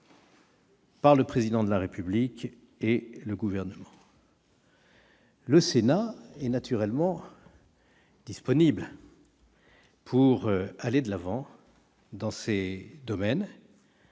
par le Président de la République et le Gouvernement. Le Sénat est naturellement disponible pour aller de l'avant dans ces domaines.